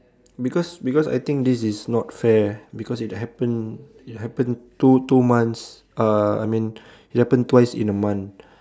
because because I think this is not fair because it happen it happened two two months uh I mean it happen twice in a month